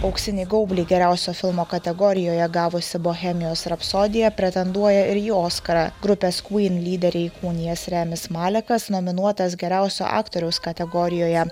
auksinį gaublį geriausio filmo kategorijoje gavusi bohemijos rapsodija pretenduoja ir į oskarą grupės queen lyderį įkūnijęs ramis malekas nominuotas geriausio aktoriaus kategorijoje